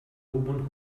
women